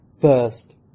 first